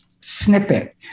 snippet